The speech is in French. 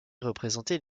représenter